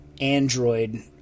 android